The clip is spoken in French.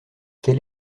quel